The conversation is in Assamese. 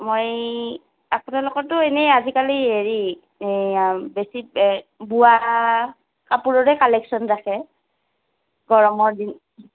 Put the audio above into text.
মই আপোনালোকৰটো এনেই আজিকালি হেৰি বেছি বোৱা কাপোৰৰে কালেকচন ৰাখে গৰমৰ দিন